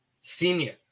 senior